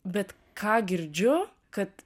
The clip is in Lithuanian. bet ką girdžiu kad